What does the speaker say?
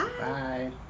Bye